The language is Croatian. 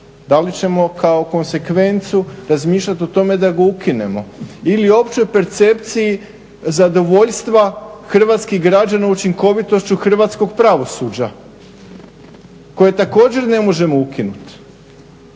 Da li ćemo kao konzekvencu razmišljati o tome da ga ukinemo? Ili o općoj percepciji zadovoljstva hrvatskih građana učinkovitošću hrvatskog pravosuđa? Koje također ne možemo ukinuti.